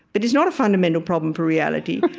but it's not a fundamental problem for reality.